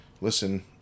listen